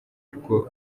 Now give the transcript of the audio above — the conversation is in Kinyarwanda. rwo